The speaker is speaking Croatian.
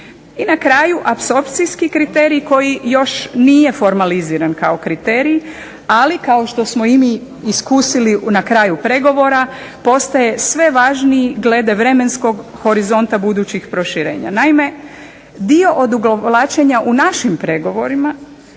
I na kraju, apsorpcijski kriterij koji još nije formaliziran kao kriterij, ali kao što smo i mi iskusili na kraju pregovora postaje sve važniji glede vremenskog horizonta budućih proširenja. Naime, dio odugovlačenja u našim pregovorima